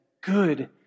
good